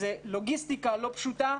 זה לוגיסטיקה לא פשוטה.